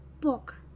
book